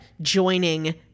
joining